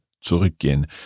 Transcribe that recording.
zurückgehen